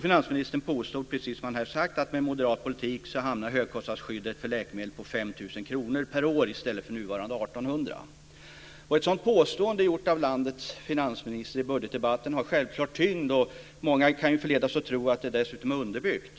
Finansministern påstod, precis som han har sagt här, att med moderat politik hamnar högkostnadsskyddet för läkemedel på 5 000 kr per år i stället för nuvarande 1 800 kr. Ett sådant påstående av landets finansminister i budgetdebatten har självklar tyngd. Många kan förledas att tro att det dessutom är underbyggt.